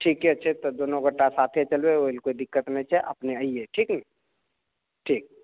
ठीके छै तऽ दुनू गोटा साथे चलबै ओइ ला कोइ दिक्कत नै छै अपने अइयै ठीक नऽ ठीक